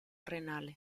renale